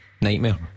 nightmare